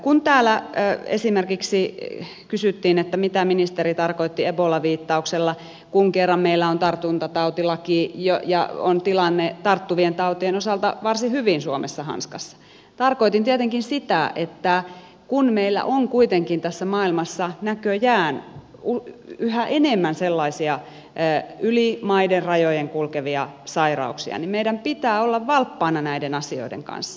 kun täällä esimerkiksi kysyttiin että mitä ministeri tarkoitti ebola viittauksella kun kerran meillä on tartuntatautilaki ja on tilanne tarttuvien tautien osalta varsin hyvin suomessa hanskassa niin tarkoitin tietenkin sitä että kun meillä on kuitenkin tässä maailmassa näköjään yhä enemmän sellaisia yli maiden rajojen kulkevia sairauksia niin meidän pitää olla valppaana näiden asioiden kanssa